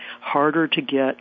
harder-to-get